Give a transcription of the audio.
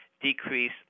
decrease